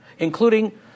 including